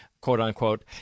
quote-unquote